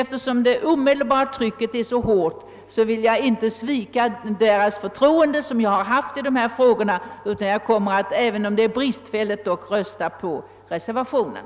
Eftersom det omedelbara trycket från de berörda i detta sammanhang är så hårt vill jag inte svika det förtroende som dessa hyser för mig utan kommer, trots att reservationen 1 är bristfällig, att rösta för den.